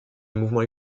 mouvements